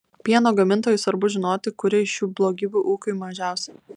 pieno gamintojui svarbu žinoti kuri iš šių blogybių ūkiui mažiausia